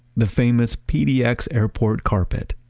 the famous pdx airport carpet.